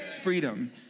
freedom